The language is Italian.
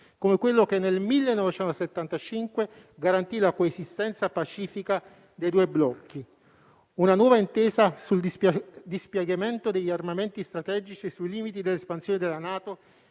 come quello che nel 1975 garantì la coesistenza pacifica dei due blocchi; una nuova intesa sul dispiegamento degli armamenti strategici e sui limiti dell'espansione della NATO,